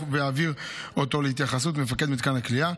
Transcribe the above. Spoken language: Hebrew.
ויעביר אותו להתייחסות מפקד מתקן הכליאה.